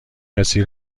کسی